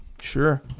Sure